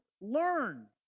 learn